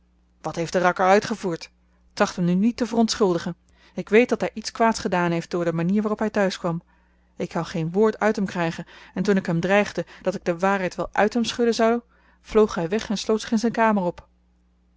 wat heeft de rakker uitgevoerd tracht hem nu niet te verontschuldigen ik weet dat hij iets kwaads gedaan heeft door de manier waarop hij thuis kwam ik kan geen woord uit hem krijgen en toen ik hem dreigde dat ik de waarheid wel uit hem schudden zou vloog hij weg en sloot zich in zijn kamer op